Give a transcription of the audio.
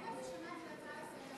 אם את משנה את זה להצעה לסדר-היום,